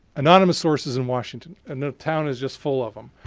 anonymous sources in washington. and the town is just full of them.